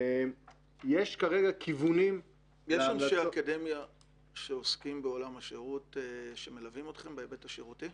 יש אנשי אקדמיה שעוסקים בעולם השירות ומלווים אתכם בהיבט השירותי?